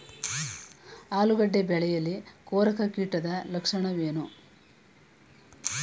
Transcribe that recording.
ಆಲೂಗೆಡ್ಡೆ ಬೆಳೆಯಲ್ಲಿ ಕೊರಕ ಕೀಟದ ಲಕ್ಷಣವೇನು?